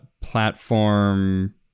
platform